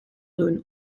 doen